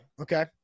Okay